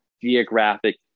geographic